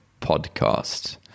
podcast